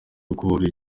gukura